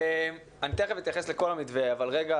אני תיכף אתייחס לכל המתווה אבל רגע,